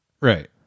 right